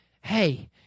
Hey